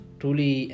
truly